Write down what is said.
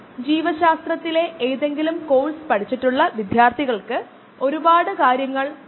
അവ ബയോപ്രോസസുകളിലൂടെയും ഉൽപാദിപ്പിക്കപ്പെടുന്നു